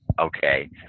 Okay